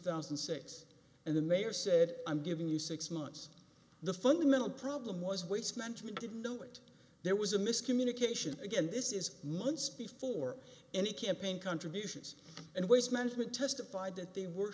thousand and six and the mayor said i'm giving you six months the fundamental problem was waste management didn't do it there was a miscommunication again this is months before any campaign contributions and waste management testified that they were